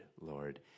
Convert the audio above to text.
lord